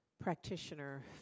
practitioner